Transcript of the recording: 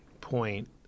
point